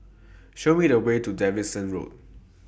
Show Me The Way to Davidson Road